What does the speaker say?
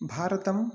भारतम्